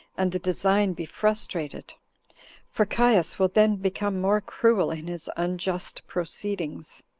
and the design be frustrated for caius will then become more cruel in his unjust proceedings.